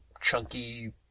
chunky